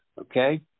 Okay